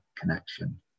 connection